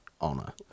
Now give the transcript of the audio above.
honor